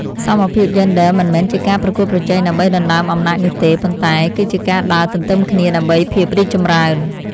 សមភាពយេនឌ័រមិនមែនជាការប្រកួតប្រជែងដើម្បីដណ្តើមអំណាចនោះទេ ប៉ុន្តែគឺជាការដើរទន្ទឹមគ្នាដើម្បីភាពរីកចម្រើន។